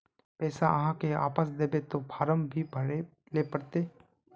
पैसा आहाँ के वापस दबे ते फारम भी भरें ले पड़ते?